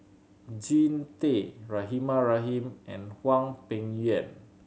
Jean Tay Rahimah Rahim and Hwang Peng Yuan